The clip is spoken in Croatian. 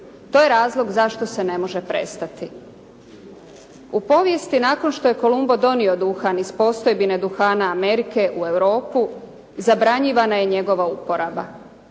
To je razlog zašto se ne može prestati. U povijesti nakon što je Kolumbo donio duhan iz postojbine duhana Amerike u Europu zabranjivana je njegova uporaba.